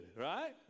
right